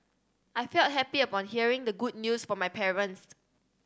I felt happy upon hearing the good news from my parents